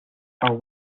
are